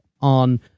on